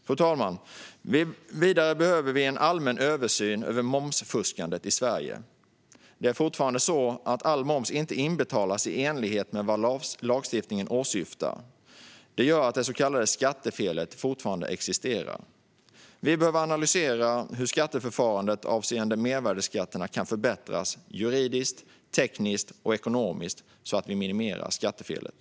Fru talman! Vidare behöver vi en allmän översyn av momsfuskandet i Sverige. Det är fortfarande på det sättet att all moms inte inbetalas i enlighet med lagstiftningen. Det gör att det så kallade skattefelet fortfarande existerar. Vi behöver analysera hur skatteförfarandet avseende mervärdesskatterna kan förbättras juridiskt, tekniskt och ekonomiskt, så att vi minimerar skattefelet.